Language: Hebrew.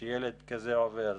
שילד כזה עובר.